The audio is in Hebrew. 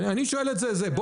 חברים,